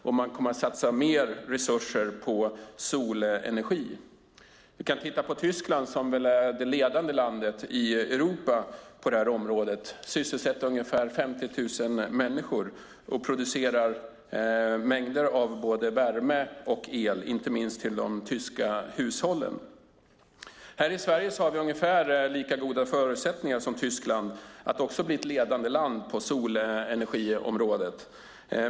Man kommer att satsa mer resurser på solenergi. I Tyskland, som väl är det ledande landet i Europa på området, sysselsätter solenergiindustrin ungefär 50 000 människor. En mängd värme och el produceras, inte minst till de tyska hushållen. I Sverige har vi ungefär lika goda förutsättningar som Tyskland att bli ett ledande land på solenergiområdet.